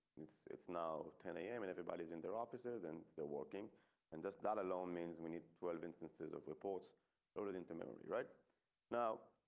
it's it's now ten zero am and everybody's in their officer. then there working and just that alone means we need twelve instances of reports loaded into memory right now.